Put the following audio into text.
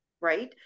right